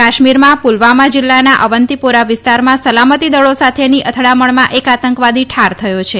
કાશ્મીરમાં પુલવામાના જીલ્લાના અવંતીપોરા વિસ્તારમાં સલામતી દળો સાથેની અથડામણમાં એક આતંકવાદી ઠાર થયો છે